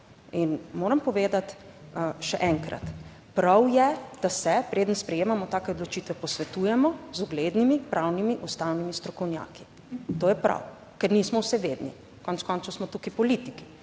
In moram povedati še enkrat, prav je, da se, preden sprejemamo take odločitve, posvetujemo z uglednimi pravnimi ustavnimi strokovnjaki. To je prav, ker nismo vsevedni, konec koncev smo tukaj politiki